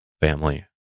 family